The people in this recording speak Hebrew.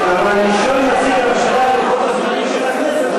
כשהוא ניסה להכתיב לכנסת את לוחות הזמנים.